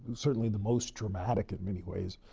certainly the most dramatic in many ways,